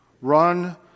Run